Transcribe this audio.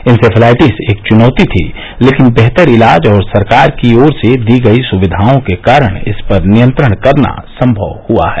encephalitis एक चुनौती थी लेकिन बेहतर इलाज और सरकार की ओर से दी गयी सुविधाओं के कारण इस पर नियंत्रण करना सम्मव हुआ है